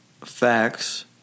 Facts